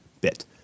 bit